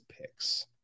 picks